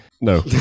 No